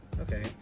Okay